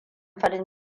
farin